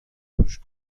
توش